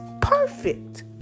Perfect